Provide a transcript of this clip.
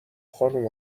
خانوم